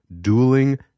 dueling